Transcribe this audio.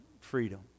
freedom